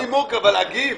לא נימוק, אבל להגיב.